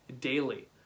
daily